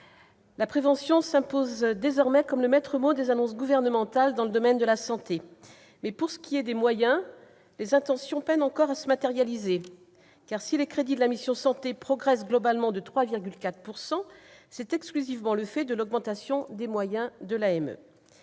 la prévention s'impose désormais comme le maître mot des annonces gouvernementales dans le domaine de la santé. Mais, pour ce qui est des moyens, les intentions peinent encore à se matérialiser. En effet, si les crédits de la mission « Santé » progressent globalement de 3,4 %, c'est exclusivement le fait de l'augmentation des moyens de l'AME.